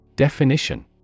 Definition